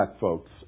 folks